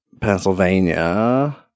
Pennsylvania